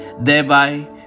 thereby